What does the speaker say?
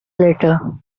later